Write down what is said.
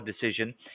decision